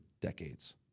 decades